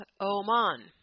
oman